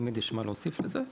תמיד יש מה להוסיף לזה.